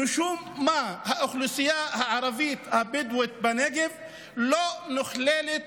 משום מה האוכלוסייה הערבית הבדואית בנגב לא נכללת